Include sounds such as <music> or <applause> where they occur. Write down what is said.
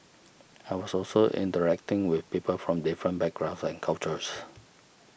<noise> I was also interacting with people from different backgrounds and cultures